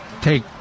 Take